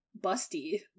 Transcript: busty